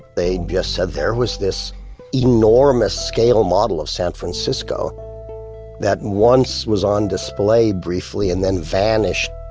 they'd just said there was this enormous scale model of san francisco that once was on display briefly and then vanished.